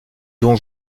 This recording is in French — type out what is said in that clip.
don